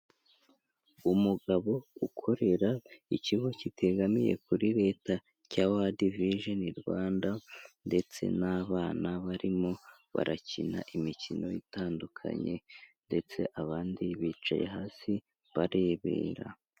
Umugabo ukorera ikigo kitegamiye kuri leta ya Wadi vijeni Rwanda ndetse n'abana barimo barakina imikino itandukanye ndetse abandi bicaye hasi barebera.